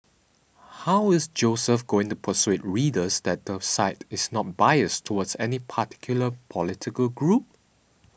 how is Joseph going to persuade readers that the site is not biased towards any particular political group